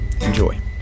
Enjoy